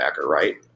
right